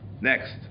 Next